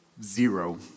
zero